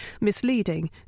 misleading